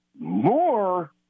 more